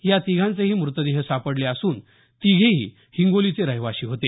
या तिघांचेही मृतदेह सापडले असून तिघेही हिंगोलीचे रहिवासी होते